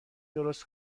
درست